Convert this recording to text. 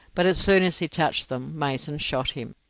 but as soon as he touched them mason shot him.